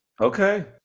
okay